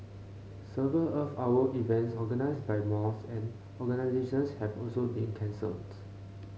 several Earth Hour events organised by malls and organisations have also been cancelled